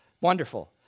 Wonderful